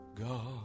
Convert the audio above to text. God